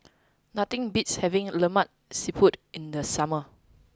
nothing beats having Lemak Siput in the summer